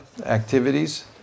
activities